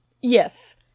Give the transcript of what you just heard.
Yes